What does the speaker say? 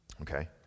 okay